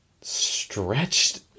stretched